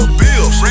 bills